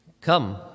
Come